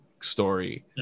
story